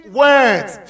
words